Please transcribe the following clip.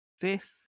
fifth